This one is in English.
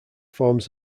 forms